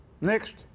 Next